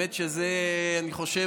אני חושב